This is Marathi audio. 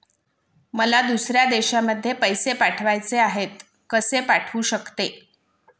मला दुसऱ्या देशामध्ये पैसे पाठवायचे आहेत कसे पाठवू शकते?